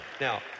Now